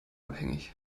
abhängig